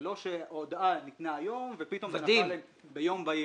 זה לא שהודעה ניתנה היום ופתאום נפל עליהם רעם ביום בהיר.